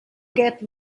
get